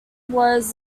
was